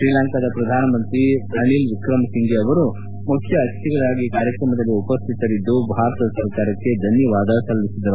ಶ್ರೀಲಂಕಾದ ಪ್ರಧಾನಮಂತ್ರಿ ರಾಣಿಲ್ ವಿಕ್ರಮ್ ಸಿಂಫೆ ಅವರು ಮುಖ್ಯ ಅತಿಥಿಗಳಾಗಿ ಕಾರ್ಯಕ್ರಮದಲ್ಲಿ ಉಪಸ್ಥಿತರಿದ್ದು ಭಾರತ ಸರ್ಕಾರಕ್ಕೆ ಧನ್ಯವಾದ ಸಲ್ಲಿಸಿದರು